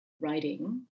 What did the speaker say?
writing